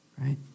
Right